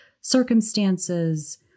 circumstances